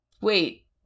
wait